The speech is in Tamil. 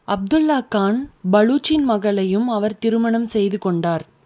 அப்துல்லா கான் பலூச்சின் மகளையும் அவர் திருமணம் செய்து கொண்டார்